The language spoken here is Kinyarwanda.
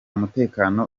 mutekano